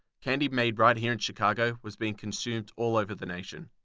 candy made right here in chicago was being consumed all over the national.